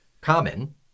Common